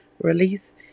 release